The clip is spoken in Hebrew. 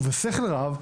ובשכל רב,